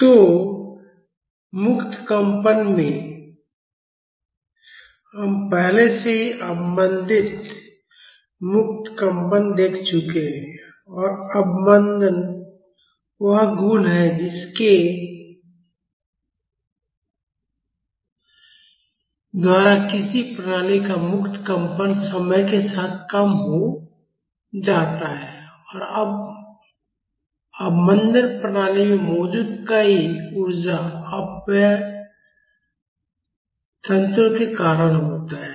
तो मुक्त कंपन में हम पहले से ही अवमंदित मुक्त कंपन देख चुके हैं और अवमंदन वह गुण है जिसके द्वारा किसी प्रणाली का मुक्त कंपन समय के साथ कम हो जाता है और अवमंदन प्रणाली में मौजूद कई ऊर्जा अपव्यय तंत्रों के कारण होता है